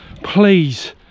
Please